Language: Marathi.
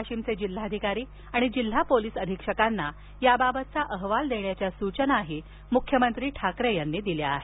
वाशीमचे जिल्हाधिकारी आणि जिल्हा पोलीस अधीक्षकांना याबाबतचा अहवाल देण्याच्या सूचना ठाकरे यांनी दिल्या आहेत